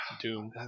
Doom